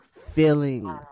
feeling